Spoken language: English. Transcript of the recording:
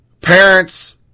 parents